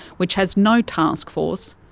which has no taskforce,